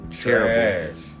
terrible